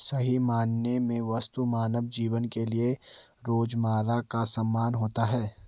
सही मायने में वस्तु मानव जीवन के लिये रोजमर्रा का सामान होता है